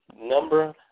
number